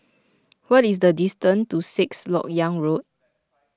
what is the distance to Sixth Lok Yang Road